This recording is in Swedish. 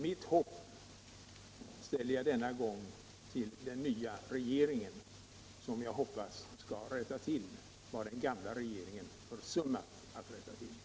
Min tillit får jag nu sätta till den nya regeringen, som jag hoppas skall rätta till vad den gamla regeringen i många år försummat.